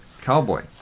Cowboy